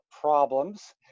problems